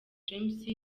james